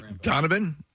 Donovan